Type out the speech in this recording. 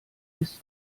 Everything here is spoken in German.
ist